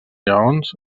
lleons